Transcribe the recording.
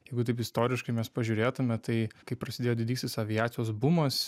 jeigu taip istoriškai mes pažiūrėtume tai kai prasidėjo didysis aviacijos bumas